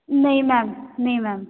ਨਹੀਂ ਮੈਮ ਨਹੀਂ ਮੈਮ